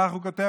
כך הוא כותב,